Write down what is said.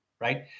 right